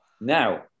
Now